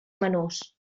menús